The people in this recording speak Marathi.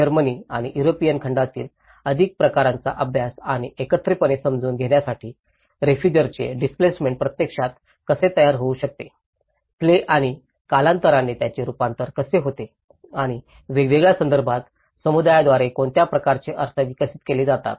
जर्मनी आणि युरोपियन खंडातील अधिक प्रकरणांचा अभ्यास आणि एकत्रितपणे समजून घेण्यासाठी रेफुजिर्सांचे डिस्प्लेसमेंट प्रत्यक्षात कसे तयार होऊ शकते प्ले आणि कालांतराने त्यांचे रूपांतर कसे होते आणि वेगवेगळ्या संदर्भात समुदायाद्वारे कोणत्या प्रकारचे अर्थ विकसित केले जातात